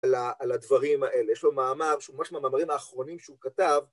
על הדברים האלה, יש לו מאמר, ממש ממאמרים האחרונים שהוא כתב